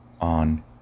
on